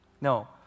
No